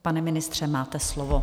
Pane ministře, máte slovo.